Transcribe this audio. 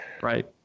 Right